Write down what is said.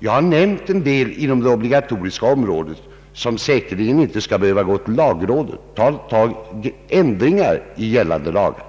Jag har nämnt en del av det obligatoriska området som säkerligen inte behöver granskas av lagrådet, t.ex. ändringar i gällande lagar.